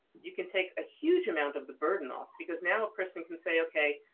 you can take a huge amount of the burden off because now a person can say okay,